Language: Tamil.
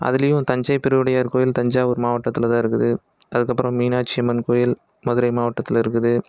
அதுலையும் தஞ்சை பெருவுடையார் கோவில் தஞ்சாவூர் மாவட்டத்தில்தான் இருக்குது அதுக்கப்புறம் மீனாட்சி அம்மன் கோயில் மதுரை மாவட்டத்தில் இருக்குது